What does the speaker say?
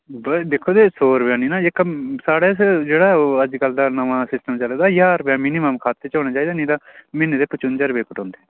दिक्खो जी सौ रपेआ नि ना जेह्का साढ़े'श जेह्ड़ा ओह् अज्ज कल दा नमां सिस्टम चले दा ज्हार रपेआ मिनिमम खाते च होना चाहिदा निं तां म्हीने दे पचुंजा रपेऽ कटोंदे